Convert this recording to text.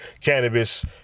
cannabis